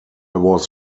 was